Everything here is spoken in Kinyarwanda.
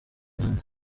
mihanda